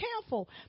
careful